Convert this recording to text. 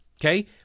okay